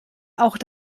auch